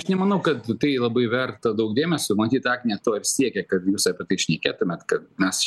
aš nemanau kad tai labai verta daug dėmesio matyt agnė to ir siekia kad jūs apie tai šnekėtumėt kad mes